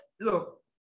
look